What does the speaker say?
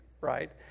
right